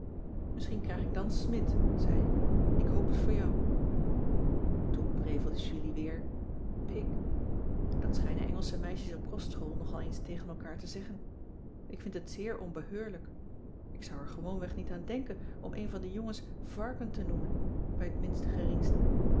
misschien krijg ik dan smidt zei ik ik hoop het voor jou toen prevelde julie weer pig dat schijnen engelsche meisjes op kostschool nog al eens tegen elkaar te zeggen ik vind het zeer onbeheurlijk ik zou er gewoonweg niet aan denken om een van de jongens varken te noemen bij het minste